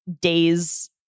days